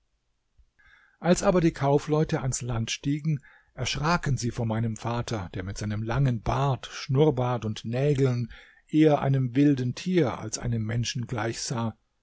als aber die kaufleute ans land stiegen erschraken sie vor meinem vater der mit seinem langen bart schnurrbart und nägeln eher einem wilden tier als einem menschen gleich sah